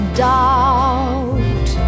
doubt